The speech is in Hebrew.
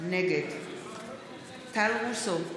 נגד טל רוסו,